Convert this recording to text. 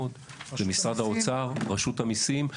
משרד האוצר ורשות המיסים.